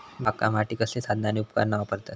बागकामासाठी कसली साधना आणि उपकरणा वापरतत?